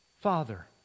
Father